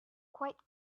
quite